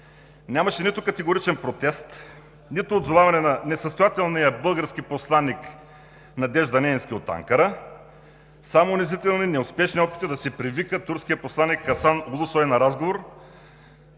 Нямаше нито категоричен протест, нито отзоваване на несъстоятелния български посланик Надежда Нейнски от Анкара, само унизителни неуспешни опити да се привика турският посланик Хасан Улусой на разговор.